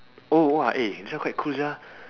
oh !wah! eh this one quite cool sia